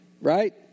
Right